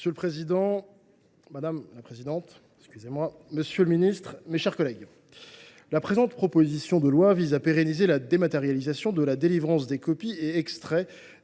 M. Aymeric Durox. Madame la présidente, monsieur le ministre, mes chers collègues, la présente proposition de loi vise à pérenniser la dématérialisation de la délivrance des copies et extraits